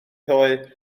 ddoe